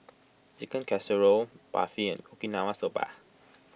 Chicken Casserole Barfi and Okinawa Soba